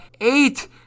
eight